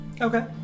Okay